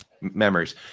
memories